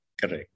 Correct